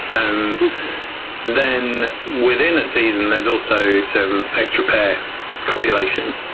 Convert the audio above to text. and um then, within a season there's also some extra-pair copulation.